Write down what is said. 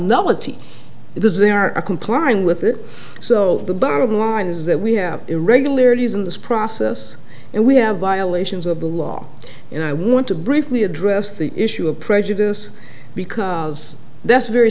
nullity because they are complying with it so the bottom line is that we have irregularities in this process and we have violations of the law and i want to briefly address the issue of prejudice because that's very